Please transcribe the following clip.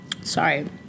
Sorry